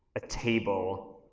a table,